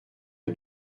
est